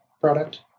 product